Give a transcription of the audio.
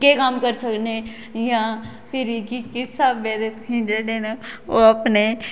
केह् कम्म करी सकने जां फिरी जा किस स्हाबे दे जेहडे़ ना ओह् अपने